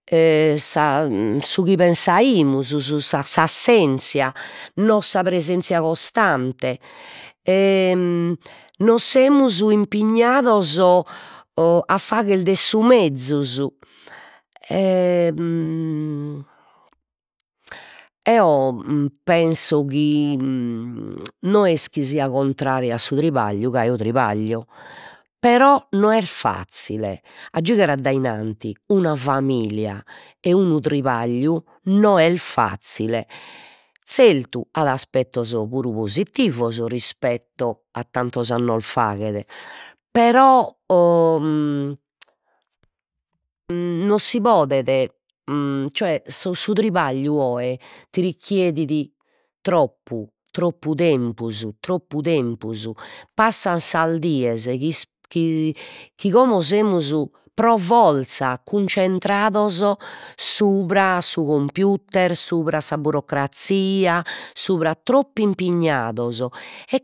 E sa su chi pensaimus, su su sa s'assenzia non sa presenzia costante e nos semus impignados o a fagher de su mezus e eo penso chi no est chi sia contraria a su tribagliu, ca eo tribaglio, però no est fazzile a giugher addainanti una familia e unu tribagliu no est fazzile, zertu at aspettos puru positivos rispettu a tantos annos faghe', però o non si podet cioè so su tribagliu oe ti recherit troppu troppu tempus troppu tempus, passan sas dies chi is chi chi como semus pro forza cuncentrados subra su computer, subra sa burocrazia, subra troppu impignados e